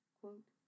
quote